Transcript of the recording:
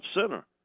center